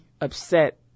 upset